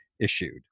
issued